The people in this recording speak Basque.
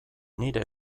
nire